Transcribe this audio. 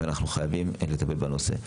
ואנחנו חייבים לטפל בנושא.